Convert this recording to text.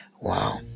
Wow